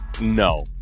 No